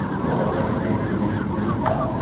what what sorts of things did we did we cut?